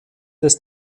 des